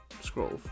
scroll